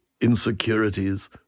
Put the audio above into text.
insecurities